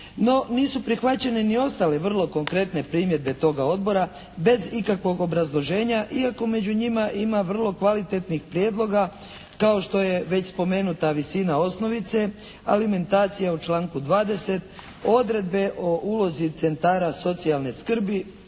No, nisu prihvaćene ni ostale vrlo konkretne primjedbe toga Odbora bez ikakvog obrazloženje iako među njima ima vrlo kvalitetnih prijedloga kao što je već spomenuta visina osnovice, alimentacija u članku 20. odredbe o ulozi centara socijalne skrbi,